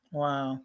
wow